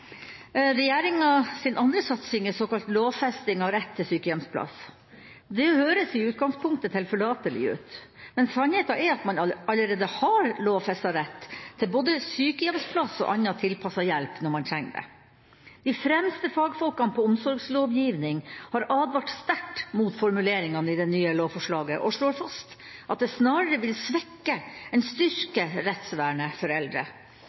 andre satsing er såkalt lovfesting av rett til sykehjemsplass. Det høres i utgangspunktet tilforlatelig ut, men sannheten er at man allerede har lovfestet rett til både sykehjemsplass og annen tilpasset hjelp når man trenger det. De fremste fagfolkene på omsorgslovgivning har advart sterkt mot formuleringene i det nye lovforslaget og slår fast at det snarere vil svekke enn styrke rettsvernet for eldre.